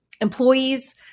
employees